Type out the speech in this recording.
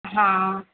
हा